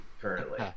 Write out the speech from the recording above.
currently